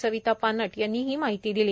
सविता पानट यांनी ही माहिती दिली